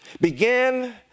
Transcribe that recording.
Began